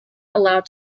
allowed